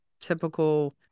typical